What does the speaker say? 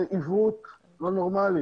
זה עיוות לא נורמלי.